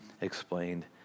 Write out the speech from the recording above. explained